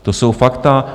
To jsou fakta.